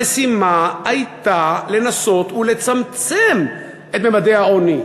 המשימה הייתה לנסות ולצמצם את ממדי העוני,